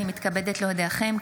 אני מתכבדת להודיעכם,